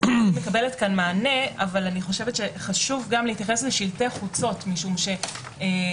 מקבלת כאן מענה אבל אני חושבת שחשוב גם להתייחס לשלטי חוצות משום שגם